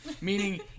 Meaning